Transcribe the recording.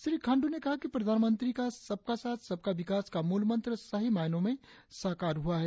श्री खांडू ने कहा कि प्रधानमंत्री का सबका साथ सबका विकास का मूल मंत्र सही मायनो में साकार हुआ है